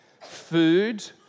Food